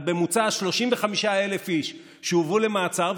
בממוצע 35,000 איש שהובאו למעצר,